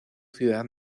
ciudad